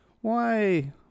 Why